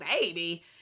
Baby